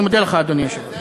אני מודה לך, אדוני היושב-ראש.